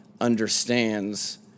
understands